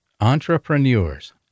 Entrepreneurs